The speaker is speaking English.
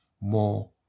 more